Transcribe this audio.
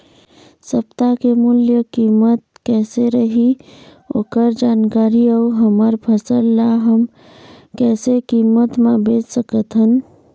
सप्ता के मूल्य कीमत कैसे रही ओकर जानकारी अऊ हमर फसल ला हम कैसे कीमत मा बेच सकत हन?